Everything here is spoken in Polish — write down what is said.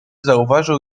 zauważył